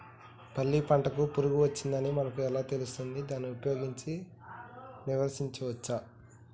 పల్లి పంటకు పురుగు వచ్చిందని మనకు ఎలా తెలుస్తది దాన్ని ఉపయోగించి నివారించవచ్చా?